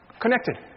connected